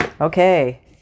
Okay